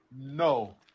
No